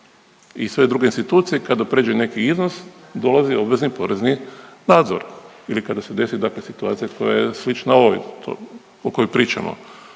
i sve druge institucije, kada prijeđe neki iznos dolazi obvezni porezni nadzor. Ili kada se desi dakle situacija koja je slična ovima o kojoj pričamo.